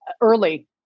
early